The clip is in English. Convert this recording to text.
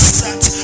set